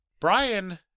Brian